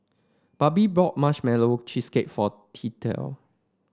Barbie bought Marshmallow Cheesecake for Tillie